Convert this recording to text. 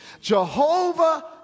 Jehovah